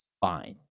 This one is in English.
fine